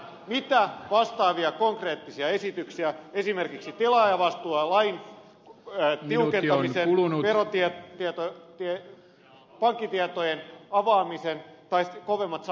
mitä vastaavia konkreettisia esityksiä esimerkiksi tilaajavastuulain tiukentamisen pankkitietojen avaamisen tai kovemmat sanktiot te tuotte hallitusneuvotteluihin työministerinä